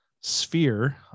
sphere